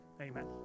Amen